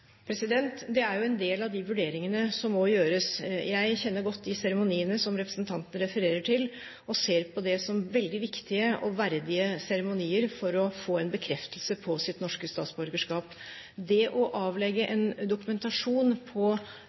Det er en del av de vurderingene som må gjøres. Jeg kjenner godt de seremoniene som representanten refererer til, og ser på dem som veldig viktige og verdige seremonier for å få en bekreftelse på sitt norske statsborgerskap. Det å vise fram en dokumentasjon